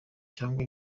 cyangwa